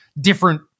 different